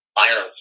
iron